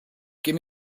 give